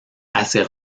assez